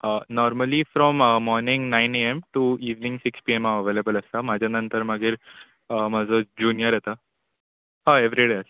normally from morning nine A M to evening six P M हांव available आसता म्हज्या नंतर मागीर म्हजो ज्युनीयर येता हय एवरीडे आसता